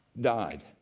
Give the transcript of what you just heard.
died